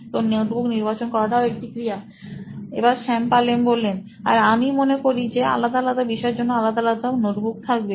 তো নোটবুক নির্বাচন করাটাও একটি ক্রিয়া শ্যাম পাল এম আর আমি মনে করি যে আলাদা আলাদা বিষয়ের জন্য আলাদা আলাদা নোটবুক থাকবে